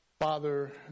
Father